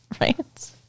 Right